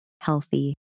healthy